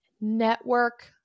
Network